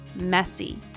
messy